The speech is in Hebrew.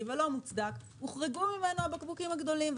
ולא מוצדק הוחרגו ממנו הבקבוקים הגדולים.